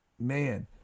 man